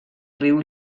riu